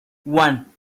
one